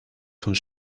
come